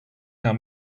how